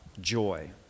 joy